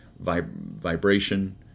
vibration